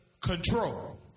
control